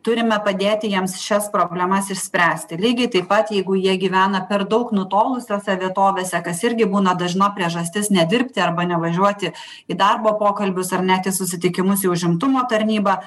turime padėti jiems šias problemas išspręsti lygiai taip pat jeigu jie gyvena per daug nutolusiose vietovėse kas irgi būna dažna priežastis nedirbti arba nevažiuoti į darbo pokalbius ar net į susitikimus į užimtumo tarnybą